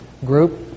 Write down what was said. group